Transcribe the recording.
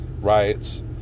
riots